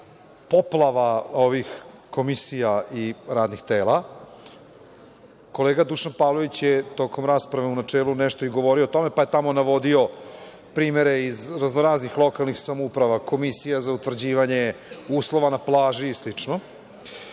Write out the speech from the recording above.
poplava ovih komisija i radnih tela. Kolega Dušan Pavlović je tokom rasprave u načelu i nešto govorio o tome, pa je tamo navodio primere iz razno-raznih lokalnih samouprava – Komisija za utvrđivanje uslova na plaži i